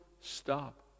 stop